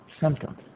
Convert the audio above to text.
symptoms